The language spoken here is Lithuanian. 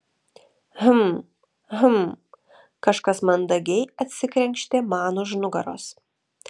hm hm kažkas mandagiai atsikrenkštė man už nugaros